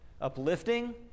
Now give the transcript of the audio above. Uplifting